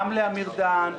גם לאמיר דהן,